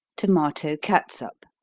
tomato catsup.